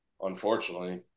unfortunately